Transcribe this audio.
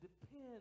depend